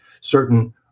certain